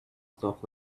stuff